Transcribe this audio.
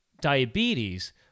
diabetes